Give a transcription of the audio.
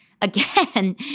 again